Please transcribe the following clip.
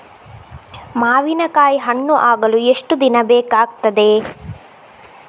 ಮಾವಿನಕಾಯಿ ಹಣ್ಣು ಆಗಲು ಎಷ್ಟು ದಿನ ಬೇಕಗ್ತಾದೆ?